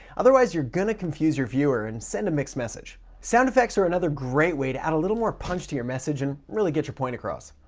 otherwise, you're gonna confuse your viewer and send a mixed message. sound effects are another great way to add a little more punch to your message and really get your point across.